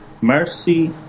mercy